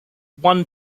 won